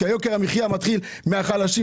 יוקר המחיה מתחיל מהחלשים,